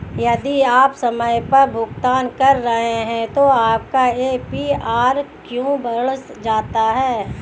यदि आप समय पर भुगतान कर रहे हैं तो आपका ए.पी.आर क्यों बढ़ जाता है?